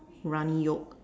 runny yolk